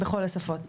בכל השפות.